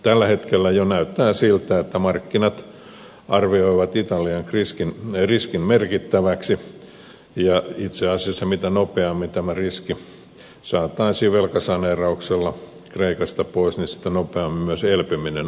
tällä hetkellä jo näyttää siltä että markkinat arvioivat italian riskin merkittäväksi ja itse asiassa mitä nopeammin tämä riski saataisiin velkasaneerauksella kreikasta pois sitä nopeammin myös elpyminen alkaisi